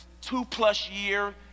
two-plus-year